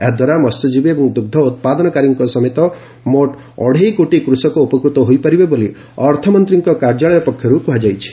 ଏହା ଦ୍ୱାରା ମସ୍ୟଜୀବୀ ଏବଂ ଦୁଗ୍ମ ଉତ୍ପାନକାରୀଙ୍କ ସମେତ ମୋଟ୍ ଅଢ଼େଇକୋଟି କୃଷକ ଉପକୃତ ହୋଇପାରିବେ ବୋଲି ଅର୍ଥମନ୍ତ୍ରୀଙ୍କ କାର୍ଯ୍ୟାଳୟ ପକ୍ଷରୁ କୁହାଯାଇଛି